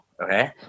Okay